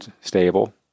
stable